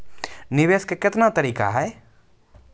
निवेश के कितने तरीका हैं?